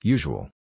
Usual